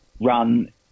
run